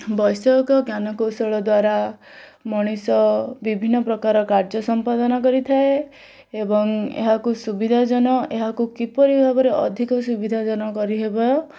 ବୈଷୟିକ ଜ୍ଞାନକୌଶଳ ଦ୍ୱାରା ମଣିଷ ବିଭିନ୍ନ ପ୍ରକାର କାର୍ଯ୍ୟ ସମ୍ପାଦନ କରିଥାଏ ଏବଂ ଏହାକୁ ସୁବିଧାଜନକ ଏହାକୁ କିପରି ଭାବେ ସୁବିଧା ଜନକ କରିହେବ